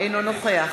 אינו נוכח